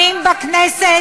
גברתי היושבת-ראש,